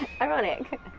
Ironic